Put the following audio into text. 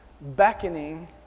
beckoning